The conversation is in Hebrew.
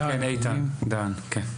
בסדר, איתן דהאן בבקשה.